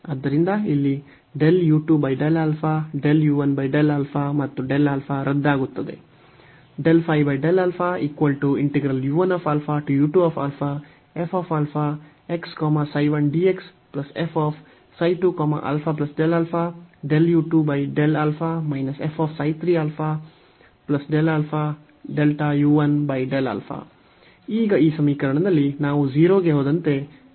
ಆದ್ದರಿಂದ ಇಲ್ಲಿ ಮತ್ತು Δα ರದ್ದಾಗುತ್ತದೆ ಈಗ ಈ ಸಮೀಕರಣದಲ್ಲಿ ನಾವು 0 ಗೆ ಹೋದಂತೆ ಮಿತಿಯನ್ನು ರವಾನಿಸಬಹುದು